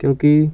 ਕਿਉਂਕਿ